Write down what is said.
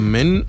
Men